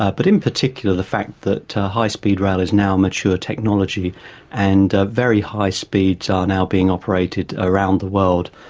ah but in particular the fact that high speed rail is now a mature technology and ah very high speeds are now being operated around the world.